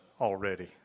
already